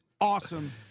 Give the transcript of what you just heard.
awesome